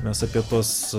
mes apie tuos